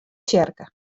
tsjerke